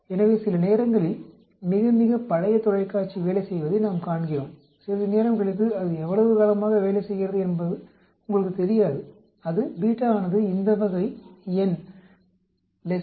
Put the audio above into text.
எனவே சில நேரங்களில் மிக மிகப் பழைய தொலைக்காட்சி வேலை செய்வதை நாம் காண்கிறோம் சிறிது நேரம் கழித்து அது எவ்வளவு காலமாக வேலை செய்கிறது என்பது உங்களுக்குத் தெரியாது அது ஆனது இந்த வகை எண் 0